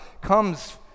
comes